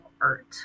art